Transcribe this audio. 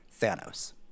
Thanos